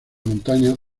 montañas